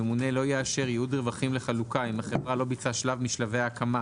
הממונה לא יאשר ייעוד רווחים לחלוקה אם החברה לא ביצעה שלב משלבי ההקמה